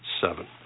seven